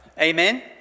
amen